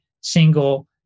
single